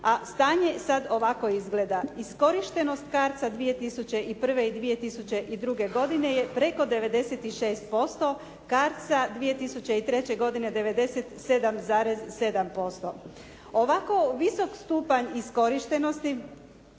a stanje sada ovako izgleda. Iskorištenost CARDS-a 2001. i 2002. godine je preko 96% CARDS-a, 2003. godine 97,7%. Ovako visok stupanj iskorištenosti